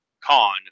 con